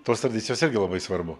tos tradicijos irgi labai svarbu